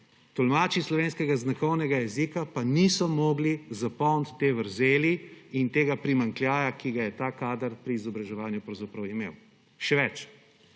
tolmači slovenskega znakovnega jezika pa niso mogli zapolniti te vrzeli in tega primanjkljaja, ki ga je ta kader pri izobraževanju pravzaprav imel. Še več,